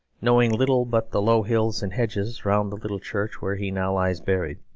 knowing little but the low hills and hedges around the little church where he now lies buried,